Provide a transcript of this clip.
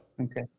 Okay